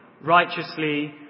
righteously